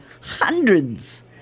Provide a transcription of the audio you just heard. hundreds